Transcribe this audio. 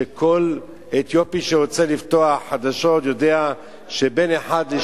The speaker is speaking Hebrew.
שכל אתיופי שרוצה לפתוח חדשות יודע שבין השעה 13:00